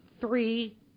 three